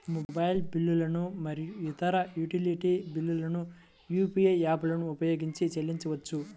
mobile బిల్లులు మరియు ఇతర యుటిలిటీ బిల్లులను యూ.పీ.ఐ యాప్లను ఉపయోగించి చెల్లించవచ్చు